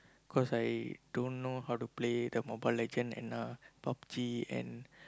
cause I don't know how to play the Mobile-Legend and uh Pub-G and